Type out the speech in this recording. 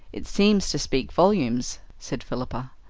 it seems to speak volumes, said philippa.